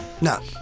No